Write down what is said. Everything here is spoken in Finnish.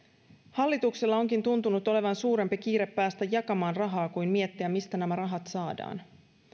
hallituksella onkin tuntunut olevan suurempi kiire päästä jakamaan rahaa kuin miettiä mistä nämä rahat saadaan